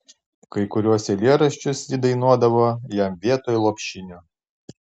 kai kuriuos eilėraščius ji dainuodavo jam vietoj lopšinių